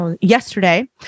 yesterday